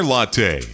Latte